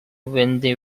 wendy